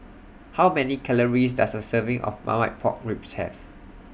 How Many Calories Does A Serving of Marmite Pork Ribs Have